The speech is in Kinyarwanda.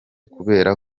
kubera